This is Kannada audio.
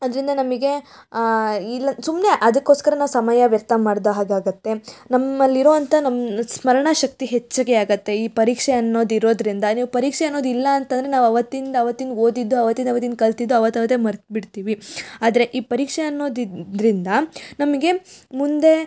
ಅದರಿಂದ ನಮಗೆ ಇಲ್ಲ ಸುಮ್ಮನೆ ಅದಕ್ಕೋಸ್ಕರ ನಾವು ಸಮಯ ವ್ಯರ್ಥ ಮಾಡಿದ ಹಾಗಾಗುತ್ತೆ ನಮ್ಮಲ್ಲಿರೋವಂಥ ನಮ್ಮ ಸ್ಮರಣ ಶಕ್ತಿ ಹೆಚ್ಚಿಗೆ ಆಗುತ್ತೆ ಈ ಪರೀಕ್ಷೆ ಅನ್ನೋದು ಇರೋದರಿಂದ ನೀವು ಪರೀಕ್ಷೆ ಅನ್ನೋದು ಇಲ್ಲ ಅಂತಂದರೆ ನಾವು ಅವತ್ತಿಂದು ಅವತ್ತಿಂದು ಓದಿದ್ದು ಅವತ್ತಿಂದು ಅವತ್ತಿಂದ್ ಕಲಿತದ್ದು ಅವತ್ತು ಅವತ್ತೇ ಮರೆತ್ಬಿಡ್ತೀವಿ ಆದರೆ ಈ ಪರೀಕ್ಷೆ ಅನ್ನೋದು ಇದ್ರಿಂದ ನಮಗೆ ಮುಂದೆ